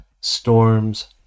Storms